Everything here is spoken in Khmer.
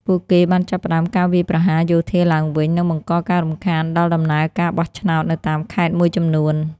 ពួកគេបានចាប់ផ្ដើមការវាយប្រហារយោធាឡើងវិញ និងបង្កការរំខានដល់ដំណើរការបោះឆ្នោតនៅតាមខេត្តមួយចំនួន។